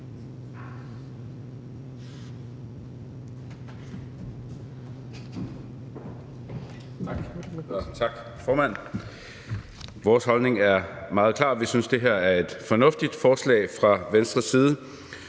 Vores holdning er meget klar. Vi synes, det her er et fornuftigt forslag fra Venstre.